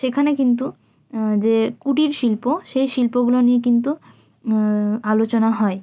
সেখানে কিন্তু যে কুটির শিল্প সেই শিল্পগুলো নিয়ে কিন্তু আলোচনা হয়